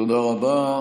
תודה רבה.